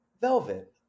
velvet